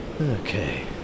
Okay